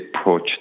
approach